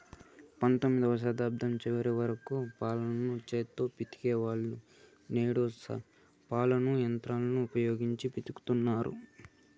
పంతొమ్మిదవ శతాబ్దం చివరి వరకు పాలను చేతితో పితికే వాళ్ళు, నేడు పాలను యంత్రాలను ఉపయోగించి పితుకుతన్నారు